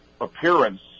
appearance